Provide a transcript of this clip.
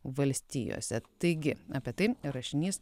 valstijose taigi apie tai rašinys